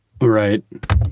Right